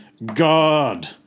God